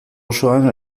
osoan